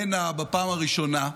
הצעות להביע אי-אמון בממשלה.